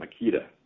Makita